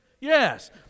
Yes